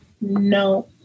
no